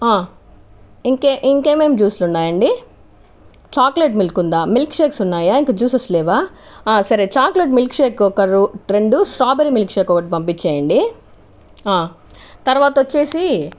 ఇంక ఇంక ఏమేమి జ్యూస్లు ఉన్నాయండి చాక్లెట్ మిల్క్ ఉందా మిల్క్ షేక్స్ ఉన్నాయా ఇంకా జ్యూసెస్ లేవా సరే చాక్లెట్ మిల్క్ షేక్స్ ఒకరు రెండు స్ట్రాబెర్రీ మిల్క్ షేక్స్ ఒకటి పంపించేయండి తర్వాత వచ్చేసి